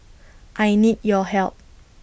I need your help